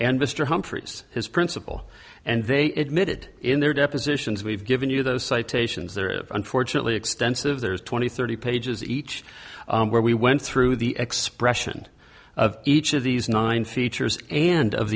and mr humphries his principal and they admitted in their depositions we've given you those citations they're unfortunately extensive there's twenty thirty pages each where we went through the expression of each of these nine features and of